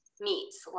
meats